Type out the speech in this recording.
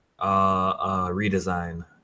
Redesign